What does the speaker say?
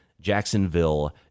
Jacksonville